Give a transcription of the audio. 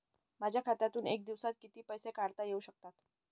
माझ्या खात्यातून एका दिवसात किती पैसे काढता येऊ शकतात?